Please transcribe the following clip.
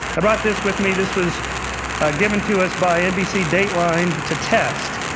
i brought this with me, this was given to us by nbc dateline to test.